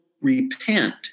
repent